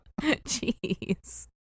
Jeez